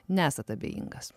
nesat abejingas